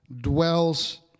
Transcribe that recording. dwells